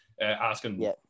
asking